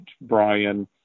Brian